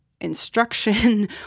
instruction